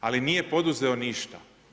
Ali nije poduzeo ništa.